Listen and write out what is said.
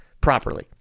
properly